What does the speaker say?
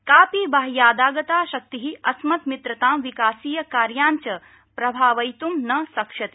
कापि बाह्यादागता शक्ति अस्मत् मित्रतां विकासीय कार्यान् च प्रभावयित् न शक्ष्यति